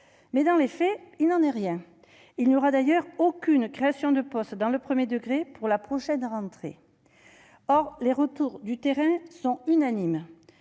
Dans les faits, il n'en est pourtant rien : il n'y aura d'ailleurs aucune création de postes dans le primaire à la prochaine rentrée. Or les retours du terrain sont unanimes